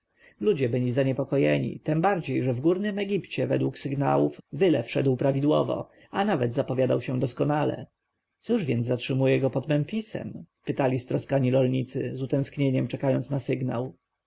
ludzie byli zaniepokojeni tem bardziej że w górnym egipcie według sygnałów wylew szedł prawidłowo a nawet zapowiadał się doskonale cóż więc zatrzymuje go pod memfisem pytali stroskani rolnicy z utęsknieniem czekając na sygnał